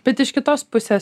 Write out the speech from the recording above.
bet iš kitos pusės